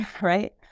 right